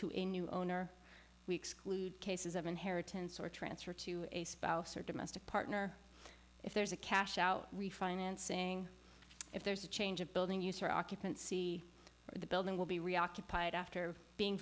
to a new owner we exclude cases of inheritance or transfer to a spouse or domestic partner if there's a cash out refinancing if there's a change of building used for occupancy or the building will be reoccupied after being